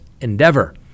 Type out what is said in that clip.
Endeavor